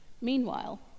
Meanwhile